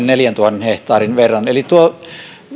neljäntuhannen hehtaarin verran eli tuo